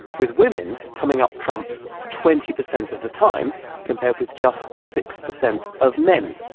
with women coming up trumps twenty percent of the time compared with just six percent of men.